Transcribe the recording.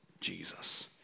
Jesus